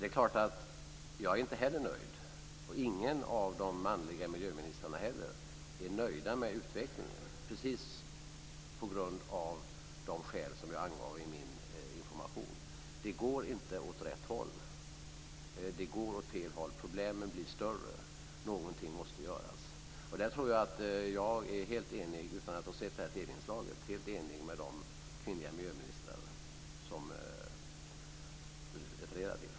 Det är klart att jag inte heller är nöjd med utvecklingen. Det är inte heller någon av de andra manliga miljöministrarna, på grund av det som jag angav i min information. Det går inte åt rätt håll. Det går åt fel håll. Problemen blir större. Någonting måste göras. Utan att ha sett det här TV-inslaget tror jag att jag i det här fallet är helt enig med de kvinnliga miljöministrar som Helena Hillar Rosenqvist refererade till.